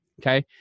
Okay